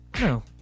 no